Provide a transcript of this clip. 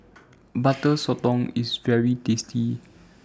Butter Sotong IS very tasty